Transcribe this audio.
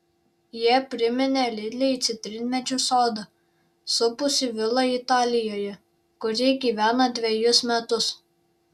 jie priminė lilei citrinmedžių sodą supusį vilą italijoje kur ji gyveno dvejus metus